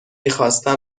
مقداری